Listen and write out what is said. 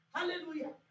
Hallelujah